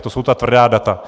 To jsou ta tvrdá data.